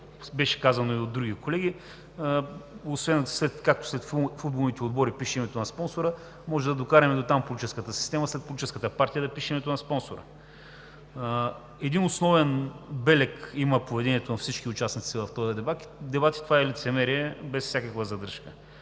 беше казано и от други колеги, както след футболните отбори пише името на спонсора, може да докараме до там политическата система, че след политическата партия да пише името на спонсора. Един основен белег има поведението на всички участници в този дебат и това е лицемерие без всякаква задръжка.